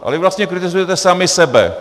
Ale vy vlastně kritizujete sami sebe.